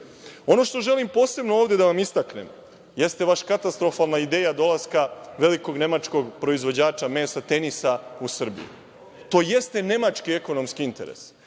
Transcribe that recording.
Ono što želim posebno ovde da vam istaknem, jeste vaša katastrofalna ideja dolaska velikog nemačkog proizvođača mesa Tenisa u Srbiju. To jeste nemački ekonomski interes,